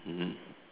mmhmm